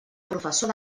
professor